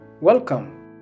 welcome